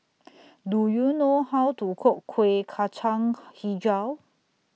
Do YOU know How to Cook Kuih Kacang Hijau